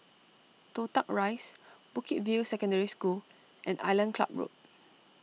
Toh Tuck Rise Bukit View Secondary School and Island Club Road